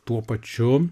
tuo pačiu